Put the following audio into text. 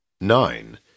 Nine